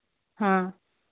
हाँ